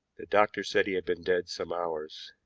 the doctor said he had been dead some hours.